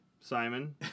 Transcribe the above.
Simon